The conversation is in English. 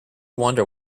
wonder